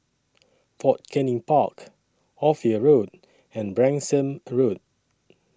Fort Canning Park Ophir Road and Branksome Road